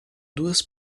duas